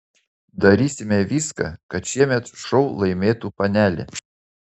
darysime viską kad šiemet šou laimėtų panelė